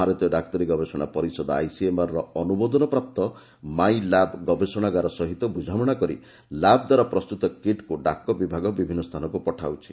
ଭାରତୀୟ ଡାକ୍ତରୀ ଗବେଷଣା ପରିଷଦ ଆଇସିଏମ୍ଆର୍ ର ଅନୁମୋଦନପ୍ରାପ୍ତ 'ମାଇଁ ଲ୍ୟାବ୍' ଗବେଷଣାଗାର ସହିତ ବୁଝାମଣା କରି ଲ୍ୟାବ୍ ଦ୍ୱାରା ପ୍ରସ୍ତୁତ କିଟ୍କୁ ଡାକ ବିଭାଗ ବିଭିନ୍ନ ସ୍ଥାନକୁ ପଠାଉଛି